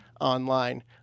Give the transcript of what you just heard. online